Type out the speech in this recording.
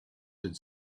had